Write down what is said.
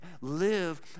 live